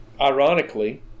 Ironically